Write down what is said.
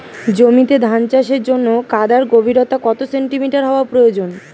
জমিতে ধান চাষের জন্য কাদার গভীরতা কত সেন্টিমিটার হওয়া প্রয়োজন?